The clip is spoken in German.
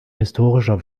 historischer